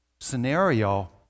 scenario